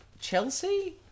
Chelsea